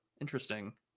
Interesting